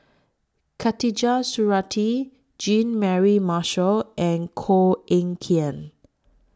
Khatijah Surattee Jean Mary Marshall and Koh Eng Kian